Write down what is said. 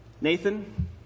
Nathan